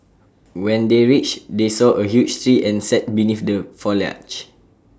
when they reached they saw A huge tree and sat beneath the foliage